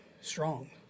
strong